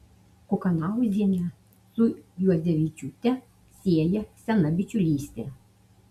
kukanauzienę su juodzevičiūte sieja sena bičiulystė